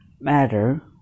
Matter